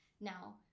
now